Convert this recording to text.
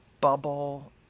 bubble